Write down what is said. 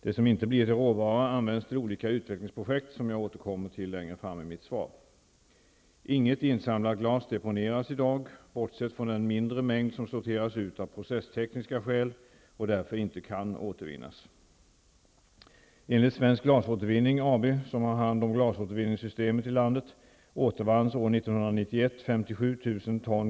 Det som inte blir till råvara används till olika utvecklingsprojekt som jag återkommer till längre fram i mitt svar. Inget insamlat glas deponeras i dag, bortsett från den mindre mängd som sorteras ut av processtekniska skäl och därför inte kan återvinnas.